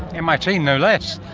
mit no less.